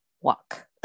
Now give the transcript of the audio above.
walk